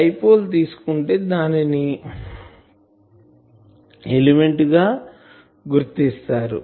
dipole తీసుకుంటే దానిని current element గా గుర్తిస్తారు